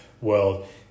world